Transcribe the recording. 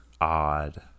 odd